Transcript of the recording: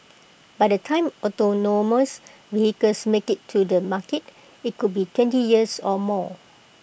by the time autonomous vehicles make IT to the market IT could be twenty years or more